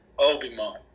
Obi-Wan